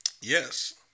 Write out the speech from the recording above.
Yes